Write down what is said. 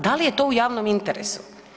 Da li je to u javnom interesu?